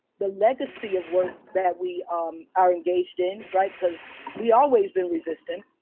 the legacy of work that we um are engaged in. right? because we always been resisting.